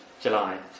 July